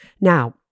Now